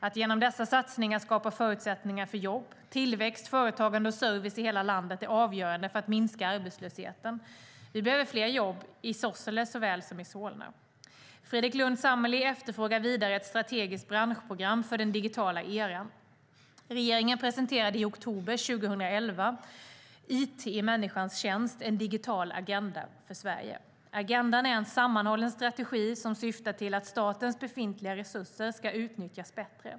Att genom dessa satsningar skapa förutsättningar för jobb, tillväxt, företagande och service i hela landet är avgörande för att minska arbetslösheten. Vi behöver fler jobb i Sorsele såväl som i Solna. Fredrik Lundh Sammeli efterfrågar vidare ett strategiskt branschprogram för den digitala eran. Regeringen presenterade i oktober 2011 It i människans tjänst - en digital agenda för Sverige . Agendan är en sammanhållen strategi som syftar till att statens befintliga resurser ska utnyttjas bättre.